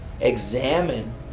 examine